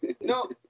No